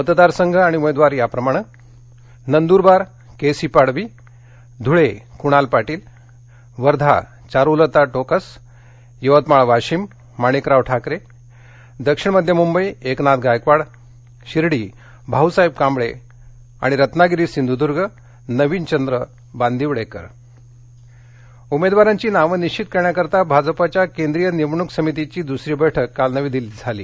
मतदारसंघ आणि उमेदवार खालीलप्रमाणे नंदुरबार के सी पडावी धुळे कुणाल पाटील वर्धा चारुलता टोकस यवतमाळ वाशीम माणिकराव ठाकरे दक्षिण मध्य मुंबई एकनाथ गायकवाड शिर्डी भाऊसाहेब कांबळे रत्नागिरी सिंधुदूर्ग नवीनचंद्र बांदिवडेकर भाजप बैठक उमेदवारांची नावं निश्चित करण्याकरता भाजपच्या केंद्रीय निवडणूक समितीची दूसरी बैठक काल नवी दिल्लीत झाली